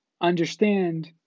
understand